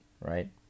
right